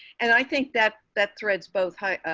and i think that that threads both high